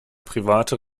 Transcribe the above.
private